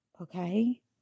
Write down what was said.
okay